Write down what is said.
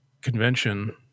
convention